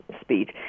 speech